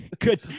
Good